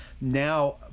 now